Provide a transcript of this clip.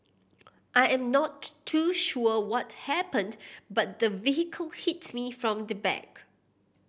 I am not too sure what happened but the vehicle hit me from the back